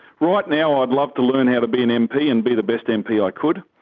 right now i'd love to learn how to be an mp and be the best mp i could.